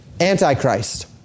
Antichrist